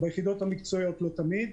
ביחידות המקצועיות לא תמיד.